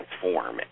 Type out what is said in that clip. transform